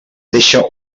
deixa